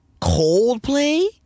Coldplay